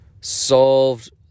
solved